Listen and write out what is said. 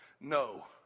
no